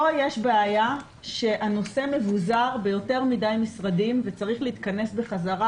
כאן יש בעיה שהנושא מבוזר ביותר מדי משרדים וצריך להתכנס בחזרה.